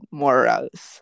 morals